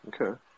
okay